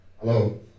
Hello